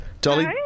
Dolly